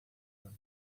ano